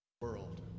world